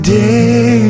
day